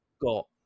got